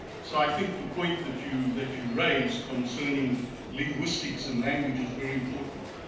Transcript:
so i think the point that you that you raise concerning linguistics and language is very important.